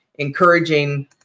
encouraging